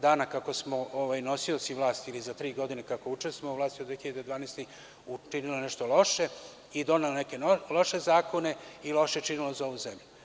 dana, kako smo nosioci vlasti, ili za tri godine kako učestvujemo u vlasti od 2012. godine, učinila nešto loše i donela neke loše zakone i loše činila za ovu zemlju.